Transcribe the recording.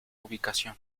ubicación